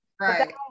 Right